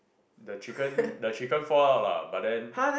the chicken the chicken fall out lah but then